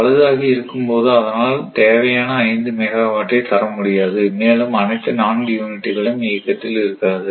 பழுதாகி இருக்கும் போது அதனால் தேவையான 5 மெகா வாட்டை தர முடியாது மேலும் அனைத்து 4 யூனிட்டு களும் இயக்கத்தில் இருக்காது